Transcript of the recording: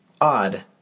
Odd